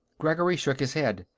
gregory shook his head.